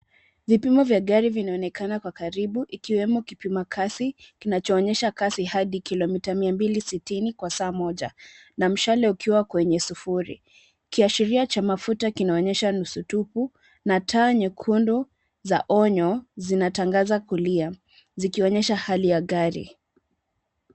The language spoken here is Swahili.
Vipimo vya gari vinaonekana kwa karibu ikiwemo kipima kasi kinachoonyesha kasi hadi kilomita 260 kwa saa moja, na mshale ukiwa kwenye sufuri. Kiashiria cha mafuta kinaonyesha nusu tupu na taa nyekundu za onyo zinatangaza kulia zikionyesha hali ya gari.